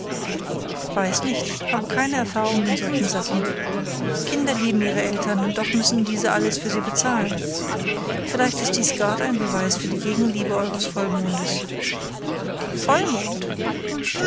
weiß nicht habe keine erfahrung in solchen sachen kinder lieben ihre eltern und doch müssen diese alles für sie bezahlen vielleicht ist dies grad ein beweis für die gegenliebe eures vollmondes vollmond